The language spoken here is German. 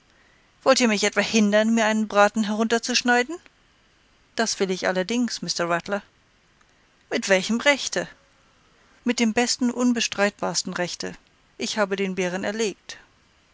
wollt ihr mich etwa hindern mir einen braten herunter zu schneiden das will ich allerdings mr rattler mit welchem rechte mit dem besten unbestreitbarsten rechte ich habe den bären erlegt